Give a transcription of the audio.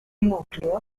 núcleo